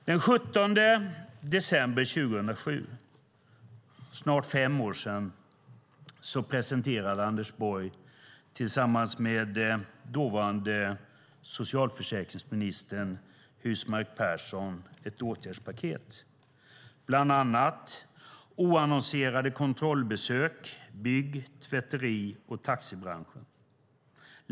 Den 17 december 2007, för snart fem år sedan, presenterade Anders Borg tillsammans med dåvarande socialförsäkringsministern Husmark Pehrsson ett åtgärdspaket med bland annat oannonserade kontrollbesök i bygg-, tvätteri och taxibranschen.